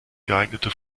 geeignete